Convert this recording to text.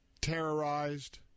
terrorized